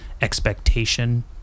expectation